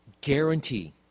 guarantee